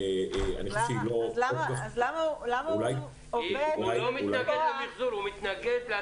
אני חושב שהיא לא --- אז למה הוא עובד --- הוא לא מתנגד למיחזור,